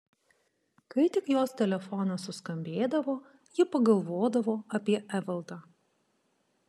kai tik jos telefonas suskambėdavo ji pagalvodavo apie evaldą